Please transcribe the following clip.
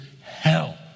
hell